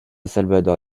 salvador